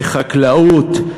בחקלאות,